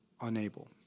unable